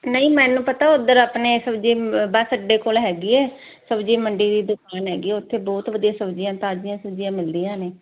ਨਹੀਂ ਮੈਨੂੰ ਪਤਾ ਉੱਧਰ ਆਪਣੇ ਸਬਜ਼ੀ ਬੱਸ ਅੱਡੇ ਕੋਲ ਹੈਗੀ ਹੈ ਸਬਜ਼ੀ ਮੰਡੀ ਦੀ ਦੁਕਾਨ ਹੈਗੀ ਉੱਥੇ ਬਹੁਤ ਵਧੀਆ ਸਬਜ਼ੀਆਂ ਤਾਜ਼ੀਆਂ ਸਬਜ਼ੀਆਂ ਮਿਲਦੀਆਂ ਨੇ